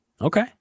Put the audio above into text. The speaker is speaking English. Okay